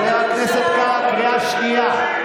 חבר הכנסת קארה, קריאה שנייה.